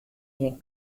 gjin